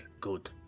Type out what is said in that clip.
good